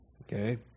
okay